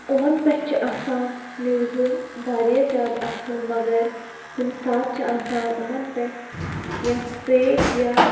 یِمَن پٮ۪ٹھ چھِ آسان نِوزٕ واریاہ زیادٕ اَصٕل مگر کُنہِ ساتہٕ چھِ آسان یِمَن پٮ۪ٹھ کینٛہہ فیک یا